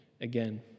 again